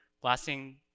blasting